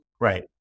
Right